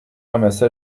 ramassa